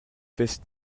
fest